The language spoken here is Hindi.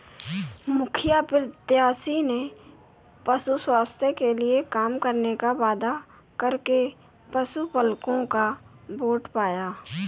मुखिया प्रत्याशी ने पशु स्वास्थ्य के लिए काम करने का वादा करके पशुपलकों का वोट पाया